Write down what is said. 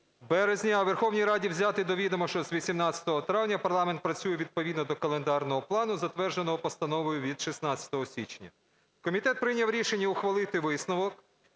березня, а Верховній Раді взяти до відома, що з 18 травня парламент працює відповідно до календарного плану, затвердженого Постановою від 16 січня. Комітет прийняв рішення ухвалити висновок